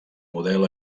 model